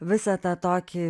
visą tą tokį